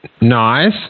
Nice